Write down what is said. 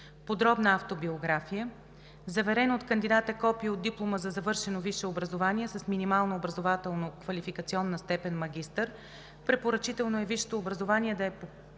подробна автобиография; - заверено от кандидата копие от диплома за завършено висше образование с минимална образователно-квалификационна степен „магистър“; препоръчително е висшето образование да е